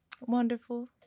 Wonderful